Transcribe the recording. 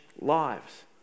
lives